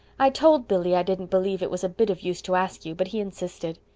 i told billy i didn't believe it was a bit of use to ask you, but he insisted.